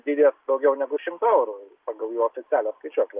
didės daugiau negu šimtu eurų pagal jų oficialią skaičiuoklę